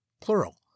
Plural